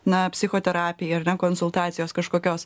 na psichoterapija konsultacijos kažkokios